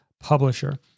publisher